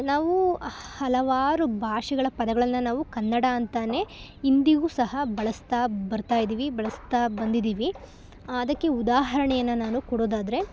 ನಾವು ಹಲವಾರು ಭಾಷೆಗಳ ಪದಗಳನ್ನು ನಾವು ಕನ್ನಡ ಅಂತಾ ಇಂದಿಗೂ ಸಹ ಬಳಸ್ತಾ ಬರ್ತಾ ಇದ್ದಿವಿ ಬಳಸ್ತಾ ಬಂದಿದ್ದೀವಿ ಅದಕ್ಕೆ ಉದಾಹರಣೆಯನ್ನು ನಾನು ಕೊಡೋದಾದರೆ